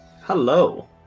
Hello